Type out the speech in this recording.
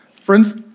Friends